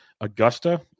Augusta